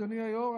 אדוני היו"ר,